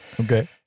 okay